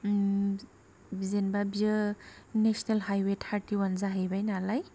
जेनबा बियो national highway थारटिअवान जाहैबाय नालाय